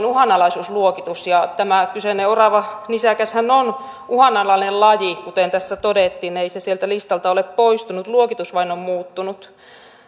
uhanalaisuusluokitus ja tämä kyseinen oravanisäkäshän on uhanalainen laji kuten tässä todettiin ei se sieltä listalta ole poistunut luokitus vain on muuttunut